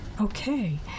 Okay